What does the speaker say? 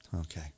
Okay